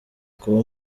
kuba